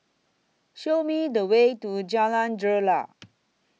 Show Me The Way to Jalan Greja